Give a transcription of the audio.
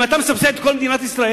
אם אתה מסבסד את כל מדינת ישראל,